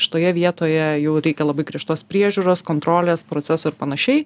šitoje vietoje jau reikia labai griežtos priežiūros kontrolės proceso ir panašiai